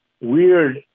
weird